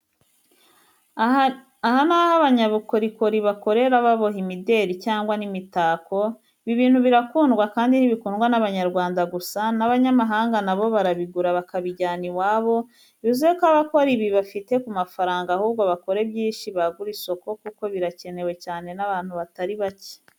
Aha ni aho abanyabukorikori bakorera baboha imideri cyangwa n'imitako, ibi bintu birakundwa kandi ntibikundwa n'Abanyarwanda gusa, n'Abanyamahanga na bo barabigura bakabijyana iwabo, bivuze ko abakora ibi bafite ku mafaranga ahubwo bakore byinshi bagure isoko kuko birakenewe cyane n'abantu batari bake.